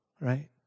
right